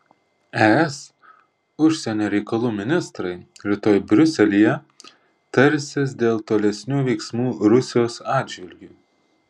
es užsienio reikalų ministrai rytoj briuselyje tarsis dėl tolesnių veiksmų rusijos atžvilgiu